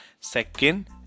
second